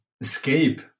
escape